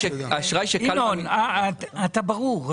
ינון, אתה ברור.